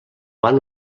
van